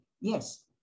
yes